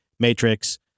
Matrix